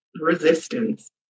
resistance